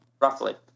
Roughly